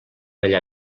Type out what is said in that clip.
allà